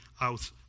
out